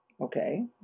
okay